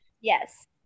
Yes